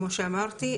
כמו שאמרתי,